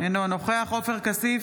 אינו נוכח עופר כסיף,